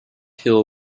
hill